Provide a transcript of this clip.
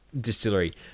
distillery